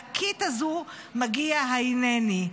הזאת, הענקית הזאת, מגיע "הינני".